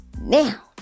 Now